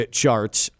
charts